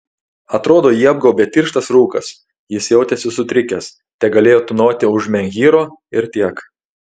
atrodo jį apgaubė tirštas rūkas jis jautėsi sutrikęs tegalėjo tūnoti už menhyro ir tiek